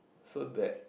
so that